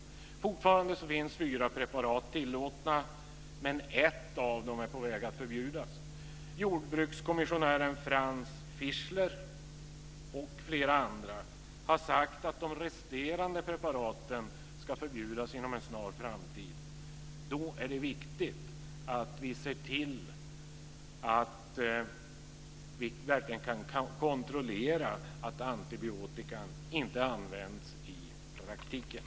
Det finns fortfarande fyra tillåtna preparat, men ett av dem är på väg att förbjudas. Jordbrukskommissionären Franz Fischler och flera andra har sagt att de resterande preparaten ska förbjudas inom en snar framtid. Då är det viktigt att se till att vi verkligen kan kontrollera att antibiotikan inte används i praktiken.